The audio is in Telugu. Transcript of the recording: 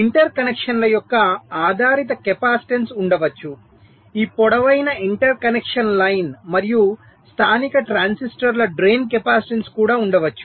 ఇంటర్ కనెక్షన్ల యొక్క ఆధారిత కెపాసిటెన్స్ ఉండవచ్చు ఈ పొడవైన ఇంటర్ కనెక్షన్ లైన్ మరియు స్థానిక ట్రాన్సిస్టర్ల డ్రేన్ కెపాసిటెన్స్ కూడా ఉండవచ్చు